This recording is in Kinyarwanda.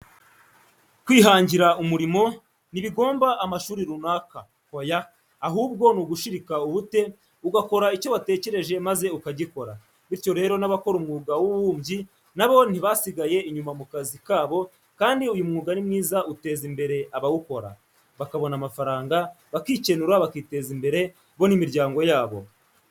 Kwihangira uburimo ntibigomba amashuri runaka oya, ahubwo ni ugushiruka ubute ugakora icyo watekereje maze ukagikora, bityo rero n'abakora umwuga w'ububumbyi na bo ntibasigaye inyuma mu kazi kabo kandi uyu mwuga ni mwiza uteza imbere abawukora, bakabona amafaranga bakikenura bakiteza imbere bo n'imiryango yabo.